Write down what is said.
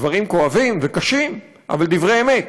דברים כואבים וקשים, אבל דברי אמת.